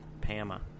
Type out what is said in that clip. Pama